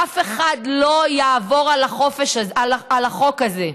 אף אחד לא יעבור על החוק הזה.